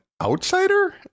outsider